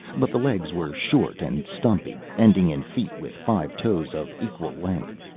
but the legs were short and stumpy, ending in feet with five toes of equal length.